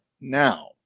Now